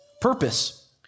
purpose